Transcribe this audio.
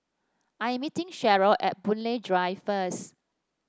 I'm meeting Cheryl at Boon Lay Drive first